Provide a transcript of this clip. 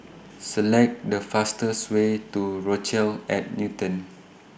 Select The fastest Way to Rochelle At Newton